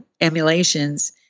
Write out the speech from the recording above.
emulations